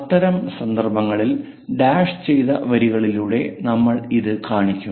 അത്തരം സന്ദർഭങ്ങളിൽ ഡാഷ് ചെയ്ത വരികളിലൂടെ നമ്മൾ ഇത് കാണിക്കും